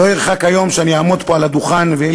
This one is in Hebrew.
לא ירחק היום שאני אעמוד פה על הדוכן ויהיו